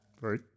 Right